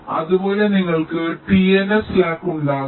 അതുപോലെ നിങ്ങൾക്ക് TNS slack ഉണ്ടാകാം